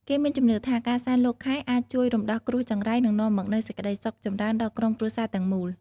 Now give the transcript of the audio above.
គេមានជំនឿថា ការសែនលោកខែអាចជួយរំដោះគ្រោះចង្រៃ និងនាំមកនូវសេចក្តីសុខចម្រើនដល់ក្រុមគ្រួសារទាំងមូល។